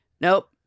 Nope